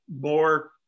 more